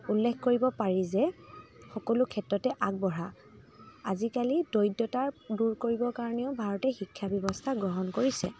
উল্লেখ কৰিব পাৰি যে সকলো ক্ষেত্ৰতে আগবঢ়া আজিকালি দৰিদ্ৰতা দূৰ কৰিব কাৰণেও ভাৰতে শিক্ষাব্যৱস্থা গ্ৰহণ কৰিছে